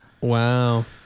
Wow